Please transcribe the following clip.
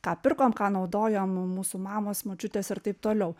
ką pirkom ką naudojo mūsų mamos močiutės ir taip toliau